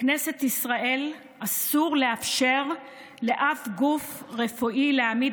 לכנסת ישראל אסור לאפשר לאף גוף רפואי להעמיד